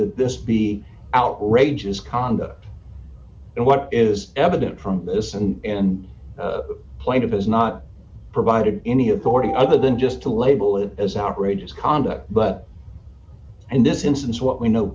that this be outrageous conduct and what is evident from this and plaintiff has not provided any authority other than just to label it as outrageous conduct but and this instance what we know